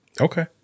Okay